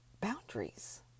boundaries